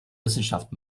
wissenschaft